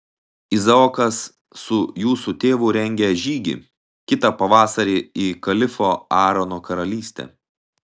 izaokas su jūsų tėvu rengia žygį kitą pavasarį į kalifo aarono karalystę